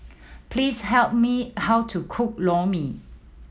please help me how to cook Lor Mee